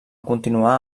continuar